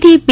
થી પી